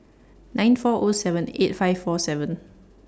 nine four O seven eight five four seven